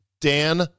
Dan